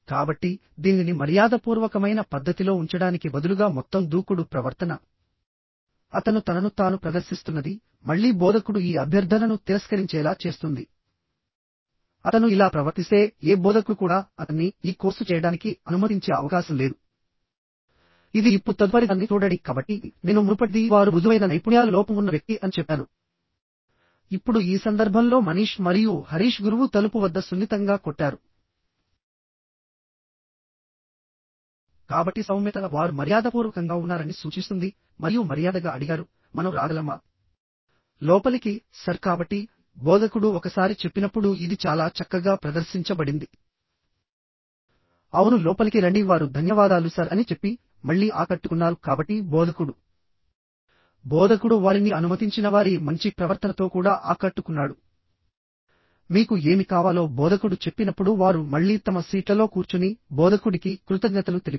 కాబట్టి దీనిని మర్యాదపూర్వకమైన పద్ధతిలో ఉంచడానికి బదులుగా మొత్తం దూకుడు ప్రవర్తన అతను తనను తాను ప్రదర్శిస్తున్నది మళ్ళీ బోధకుడు ఈ అభ్యర్థనను తిరస్కరించేలా చేస్తుంది అతను ఇలా ప్రవర్తిస్తే ఏ బోధకుడు కూడా అతన్ని ఈ కోర్సు చేయడానికి అనుమతించే అవకాశం లేదు ఇది ఇప్పుడు తదుపరిదాన్ని చూడండి కాబట్టి నేను మునుపటిది వారు మృదువైన నైపుణ్యాలు లోపం ఉన్న వ్యక్తి అని చెప్పాను ఇప్పుడు ఈ సందర్భంలో మనీష్ మరియు హరీష్ గురువు తలుపు వద్ద సున్నితంగా కొట్టారు కాబట్టి సౌమ్యత వారు మర్యాదపూర్వకంగా ఉన్నారని సూచిస్తుంది మరియు మర్యాదగా అడిగారు మనం రాగలమా లోపలికి సర్ కాబట్టి బోధకుడు ఒకసారి చెప్పినప్పుడు ఇది చాలా చక్కగా ప్రదర్శించబడింది అవును లోపలికి రండి వారు ధన్యవాదాలు సర్ అని చెప్పి మళ్ళీ ఆకట్టుకున్నారు కాబట్టి బోధకుడు బోధకుడు వారిని అనుమతించిన వారి మంచి ప్రవర్తనతో కూడా ఆకట్టుకున్నాడు మీకు ఏమి కావాలో బోధకుడు చెప్పినప్పుడు వారు మళ్ళీ తమ సీట్లలో కూర్చుని బోధకుడికి కృతజ్ఞతలు తెలిపారు